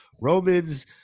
Romans